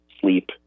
sleep